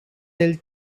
del